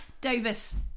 Davis